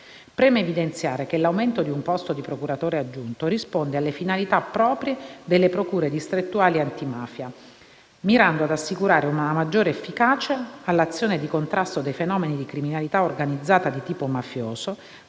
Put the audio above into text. Preme evidenziare che l'aumento di un posto di procuratore aggiunto risponde alle finalità proprie delle procure distrettuali antimafia, mirando ad assicurare una maggiore efficacia all'azione di contrasto dei fenomeni di criminalità organizzata di tipo mafioso,